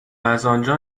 ازآنجا